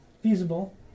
feasible